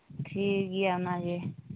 ᱴᱷᱤᱠᱜᱮᱭᱟ ᱚᱱᱟᱜᱮ